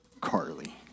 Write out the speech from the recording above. Carly